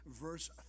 verse